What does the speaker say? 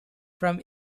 from